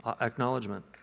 acknowledgement